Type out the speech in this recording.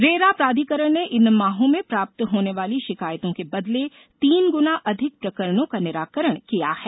RERA प्राधिकरण ने इन माहों में प्राप्त होने वाली शिकायतों के बदले तीन गुना अधिक प्रकरणों का निराकरण किया है